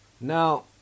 Now